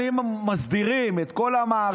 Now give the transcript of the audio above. אם מסדירים את כל המערכת,